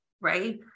right